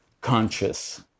conscious